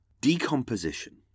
Decomposition